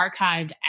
archived